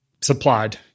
supplied